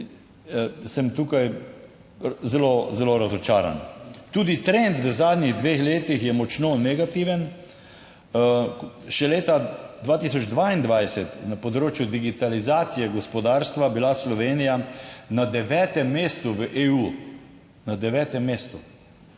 sem tukaj zelo, zelo razočaran. Tudi trend v zadnjih dveh letih je močno negativen. Še leta 2022 na področju digitalizacije gospodarstva bila Slovenija na 9. mestu, v EU na 9. mestu